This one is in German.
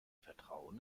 vertrauen